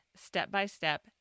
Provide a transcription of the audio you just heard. step-by-step